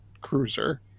cruiser